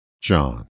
John